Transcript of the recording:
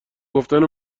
گفتن